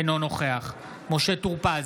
אינו נוכח משה טור פז,